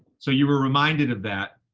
so you were reminded of that